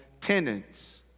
tenants